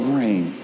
rain